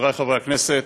חברי חברי הכנסת